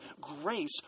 grace